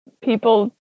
people